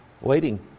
waiting